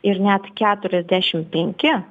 ir net keturiasdešimt penki